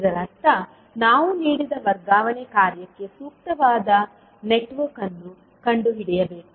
ಇದರರ್ಥ ನಾವು ನೀಡಿದ ವರ್ಗಾವಣೆ ಕಾರ್ಯಕ್ಕೆ ಸೂಕ್ತವಾದ ನೆಟ್ವರ್ಕ್ ಅನ್ನು ಕಂಡುಹಿಡಿಯಬೇಕು